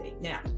Now